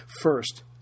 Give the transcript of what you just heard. first